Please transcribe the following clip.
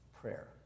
prayer